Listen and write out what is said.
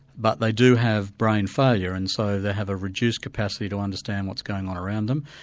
but they do have brain failure and so they have a reduced capacity to understand what's going on around them,